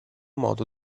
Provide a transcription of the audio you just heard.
modo